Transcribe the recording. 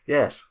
Yes